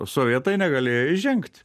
sovietai negalėjo įžengti